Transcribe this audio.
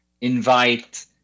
invite